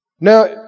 Now